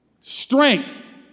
strength